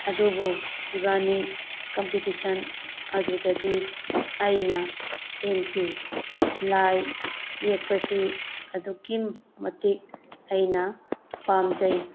ꯑꯗꯨꯕꯨ ꯏꯕꯥꯅꯤ ꯀꯝꯄꯤꯇꯤꯁꯟ ꯑꯗꯨꯗꯗꯤ ꯑꯩꯅ ꯍꯦꯟꯈꯤ ꯂꯥꯏ ꯌꯦꯛꯄꯁꯤ ꯑꯗꯨꯛꯀꯤ ꯃꯇꯤꯛ ꯑꯩꯅ ꯄꯥꯝꯖꯩ